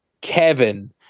kevin